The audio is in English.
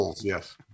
Yes